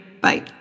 bye